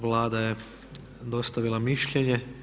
Vlada je dostavila mišljenje.